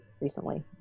recently